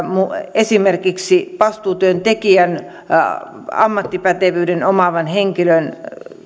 esimerkiksi vastuutyöntekijän ammattipätevyyden omaavan henkilön